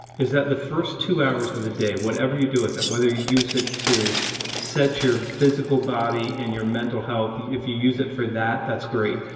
is that the first two hours of the day, whatever you do with it, whether you use it to set your physical body and your mental health, if you use it for that, that's great.